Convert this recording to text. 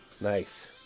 Nice